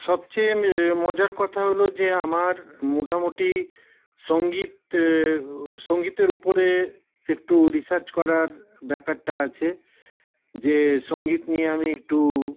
সবচেয়ে মজার কথা হল যে আমার মোটামুটি সঙ্গীত সঙ্গীতের উপরে একটু রিসার্চ করার ব্যাপারটা আছে যে সংগীত নিয়ে আমি একটু